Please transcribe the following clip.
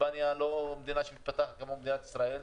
שהיא לא מדינה מתפתחת כמו ישראל,